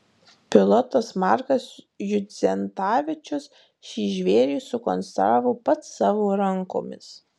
pilotas markas judzentavičius šį žvėrį sukonstravo pats savo rankomis